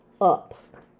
up